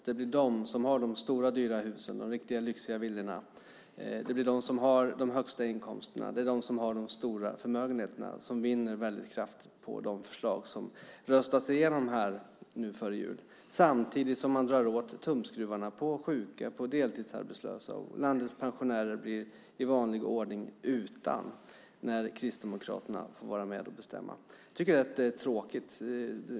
Det blir de som har de stora dyra husen, de riktigt lyxiga villorna, de som har de högsta inkomsterna och de som har de stora förmögenheterna som vinner väldigt kraftigt på de förslag som röstas igenom här före jul. Samtidigt drar man åt tumskruvarna på sjuka och deltidsarbetslösa. Landets pensionärer blir i vanlig ordning utan när Kristdemokraterna får vara med och bestämma. Jag tycker att det är tråkigt.